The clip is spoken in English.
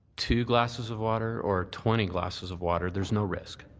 two glasses of water or twenty glasses of water, there's no risk?